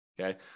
Okay